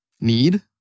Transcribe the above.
need